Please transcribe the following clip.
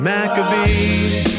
Maccabees